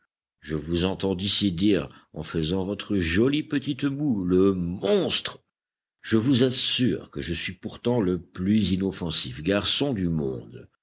je vous entends d'ici dire en faisant votre jolie petite moue le monstre je vous assure que je suis pourtant le plus inoffensif garçon du monde